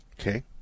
Okay